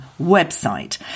website